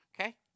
Okay